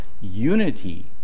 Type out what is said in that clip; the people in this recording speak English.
unity